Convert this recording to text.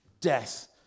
death